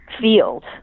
field